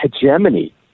hegemony